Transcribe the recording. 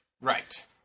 Right